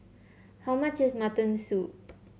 how much is Mutton Soup